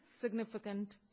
significant